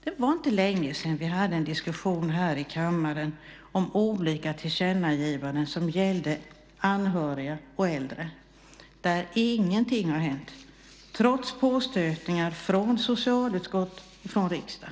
Det var inte länge sedan vi hade en diskussion här i kammaren om olika tillkännagivanden som gällde anhöriga och äldre. Där har ingenting hänt, trots påstötningar från socialutskott och riksdag.